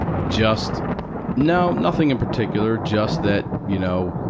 just no, nothing in particular, just that, you know,